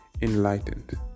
enlightened